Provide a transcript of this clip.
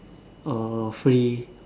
or free